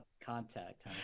Contact